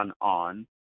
on